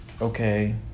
okay